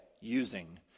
using